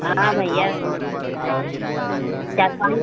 हाँ भइया है चार पाँच